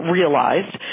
realized